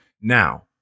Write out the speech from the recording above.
Now